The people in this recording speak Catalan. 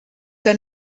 que